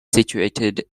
situated